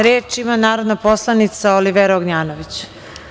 Reč ima narodna poslanica Olivera Ognjanović.